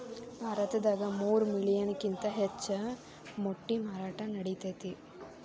ಭಾರತದಾಗ ಮೂರ ಮಿಲಿಯನ್ ಕಿಂತ ಹೆಚ್ಚ ಮೊಟ್ಟಿ ಮಾರಾಟಾ ನಡಿತೆತಿ